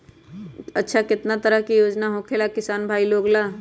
अच्छा कितना तरह के योजना होखेला किसान भाई लोग ला?